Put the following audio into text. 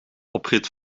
oprit